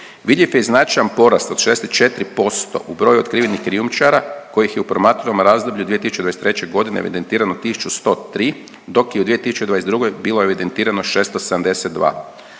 Vidljiv je i značajan porast od 64% u broju otkrivenih krijumčara kojih je u promatranom razdoblju 2023. godine evidentirano 1103, dok je u 2022. bilo evidentirano 672.